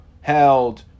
held